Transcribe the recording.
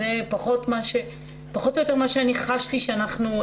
זה פחות או יותר מה שחשתי שאנחנו,